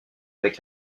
avec